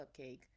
cupcake